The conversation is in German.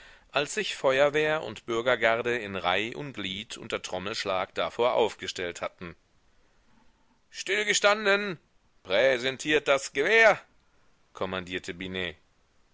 als sich feuerwehr und bürgergarde in reih und glied unter trommelschlag davor aufgestellt hatten stillgestanden präsentiert das gewehr kommandierte binet